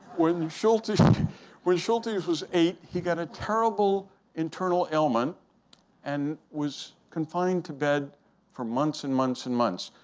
when schultes was schultes was eight, he got a terrible internal ailment and was confined to bed for months and months and months.